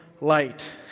light